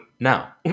Now